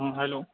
हाँ हैलो